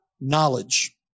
knowledge